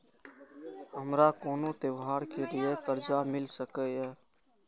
हमारा कोनो त्योहार के लिए कर्जा मिल सकीये?